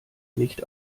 nicht